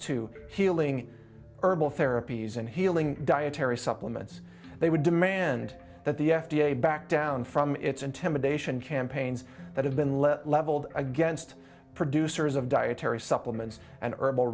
to healing herbal therapies and healing dietary supplements they would demand that the f d a back down from its intimidation campaigns that have been left leveled against producers of dietary supplements and herbal